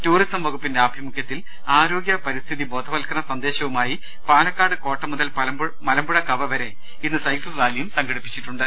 tourism വകുപ്പിന്റെ ആഭിമുഖ്യത്തിൽ ആരോഗ്യ പരിസ്ഥിതി ബോധവത്കരണ സന്ദേശവുമായി പാലക്കാട് കോട്ട മുതൽ മലമ്പുഴ കവ വരെ ഇന്ന് സൈക്കിൾ റാലിയും സംഘടിപ്പിച്ചിട്ടുണ്ട്